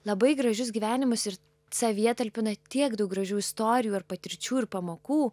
labai gražius gyvenimus ir savyje talpina tiek daug gražių istorijųir patirčių ir pamokų